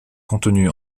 contenu